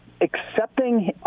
accepting